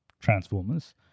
transformers